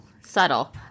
subtle